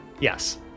Yes